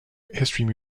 history